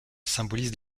symbolise